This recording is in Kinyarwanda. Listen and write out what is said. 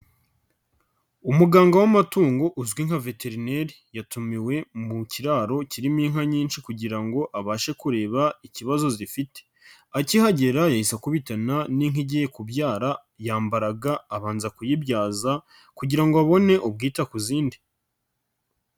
Umuganga w'amatungo uzwi nka veterineri yatumiwe mu kiraro kirimo inka nyinshi kugira ngo abashe kureba ikibazo zifite. Akihagera yahise akubitana n'inka igiye kubyara yambara ga abanza kuyibyaza, kugira ngo abone ubwita ku zindi.